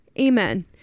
amen